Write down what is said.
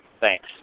Thanks